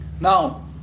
Now